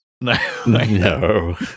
No